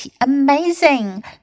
Amazing